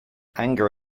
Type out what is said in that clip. anger